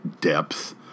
depth